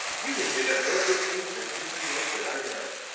you can dig up more good things than anybody else that i know.